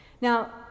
Now